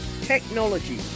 technology